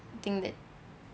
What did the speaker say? thing that